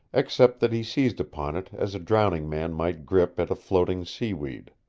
except that he seized upon it as a drowning man might grip at a floating sea-weed.